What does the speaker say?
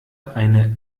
eine